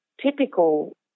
Typical